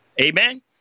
amen